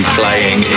playing